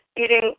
eating